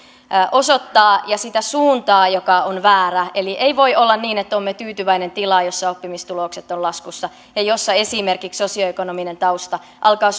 osoittaa ja sitä suuntaa joka on väärä eli ei voi olla niin että olemme tyytyväisiä tilaan jossa oppimistulokset ovat laskussa ja jossa esimerkiksi sosioekonominen tausta alkaa